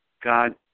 God